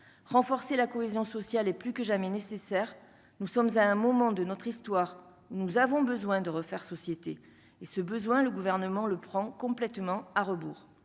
renforcer la cohésion sociale et plus que jamais nécessaire, nous sommes à un moment de notre histoire, nous avons besoin de refaire société et ce besoin le gouvernement le prend complètement à rebours